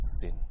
sin